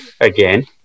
again